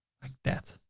like that.